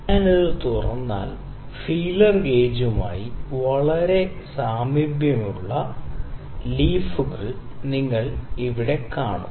ഞാൻ ഇത് തുറന്നാൽ ഫീലർ ഗേജുമായി വളരെ സാമ്യമുള്ള വിവിധ ലീഫുകൾ നിങ്ങൾ ഇവിടെ കാണും